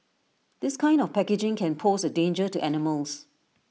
this kind of packaging can pose A danger to animals